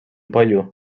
palju